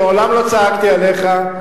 ומעולם לא צעקתי עליך.